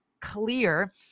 clear